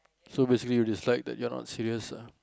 so basically you dislike that you are not serious ah